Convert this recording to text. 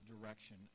direction